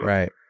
Right